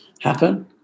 happen